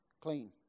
clean